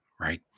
right